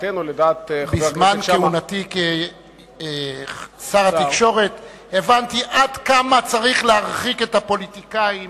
בזמן כהונתי כשר התקשורת הבנתי עד כמה צריך להרחיק את הפוליטיקאים